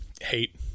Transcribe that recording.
hate